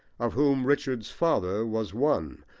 of whom richard's father was one,